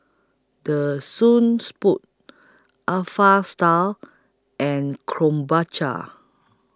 The Soon Spoon Alpha Style and Krombacher